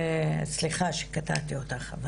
סליחה שקטעתי אותך.